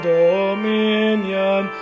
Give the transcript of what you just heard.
dominion